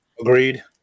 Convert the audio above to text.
Agreed